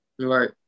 Right